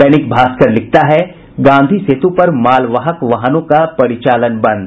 दैनिक भास्कर लिखता है गांधी सेतु पर मालवाहक वाहनों का परिचालन बंद